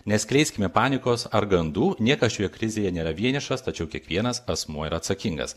neskleiskime panikos ar gandų niekas šioje krizėje nėra vienišas tačiau kiekvienas asmuo yra atsakingas